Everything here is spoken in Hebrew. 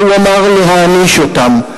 והוא אמר: להעניש אותם.